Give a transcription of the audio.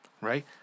right